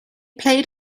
played